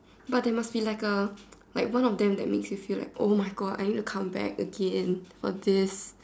but there must be like a like one of them that makes you feel like oh my God I need to come back again for this